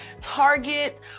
Target